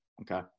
okay